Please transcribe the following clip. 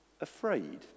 afraid